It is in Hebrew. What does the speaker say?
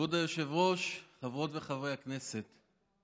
כבוד היושב-ראש, חברות וחברי הכנסת,